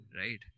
right